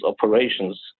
operations